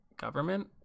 government